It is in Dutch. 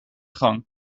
gang